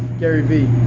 gary vee.